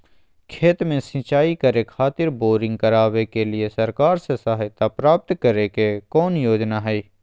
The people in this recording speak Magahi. खेत में सिंचाई करे खातिर बोरिंग करावे के लिए सरकार से सहायता प्राप्त करें के कौन योजना हय?